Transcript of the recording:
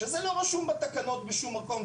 שזה לא כתוב בתקנות בשום מקום,